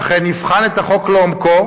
אכן יבחן את החוק לעומקו,